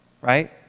Right